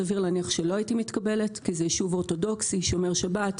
סביר להניח שלא הייתי מתקבלת כי זה יישוב אורתודוקסי שומר שבת,